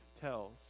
tells